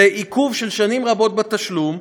זה עיכוב של שנים רבות בתשלום,